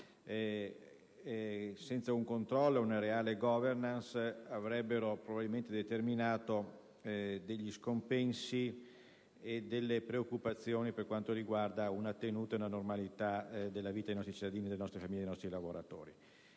senza un controllo e una reale *governance* avrebbero probabilmente determinato degli scompensi e delle preoccupazioni per quanto riguarda la tenuta e la normalità della vita dei nostri cittadini, delle nostre famiglie e dei nostri lavoratori.